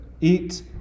eat